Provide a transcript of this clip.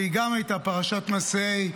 והיא גם הייתה פרשת מסעי.